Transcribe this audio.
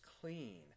clean